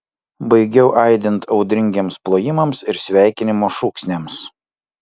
baigiau aidint audringiems plojimams ir sveikinimo šūksniams